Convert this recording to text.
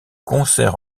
concerts